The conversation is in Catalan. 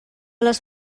les